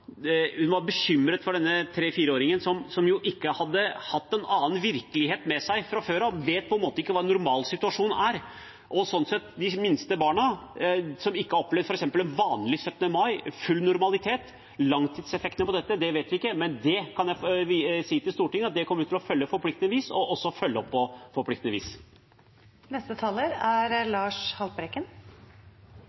hun var bekymret for denne 3–4-åringen, som ikke hadde hatt noen annen virkelighet og ikke visste hva en normalsituasjon er. Langtidseffektene av at de minste barna ikke har opplevd f.eks. en vanlig 17. mai og full normalitet, kjenner vi ikke, men jeg kan si til Stortinget at det kommer vi til å følge med på på forpliktende vis, og også følge opp på forpliktende vis. Det er